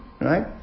right